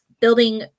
building